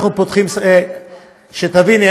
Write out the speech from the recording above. שתביני,